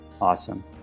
Awesome